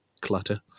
clutter